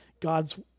God's